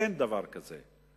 אין דבר כזה.